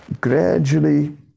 gradually